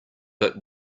but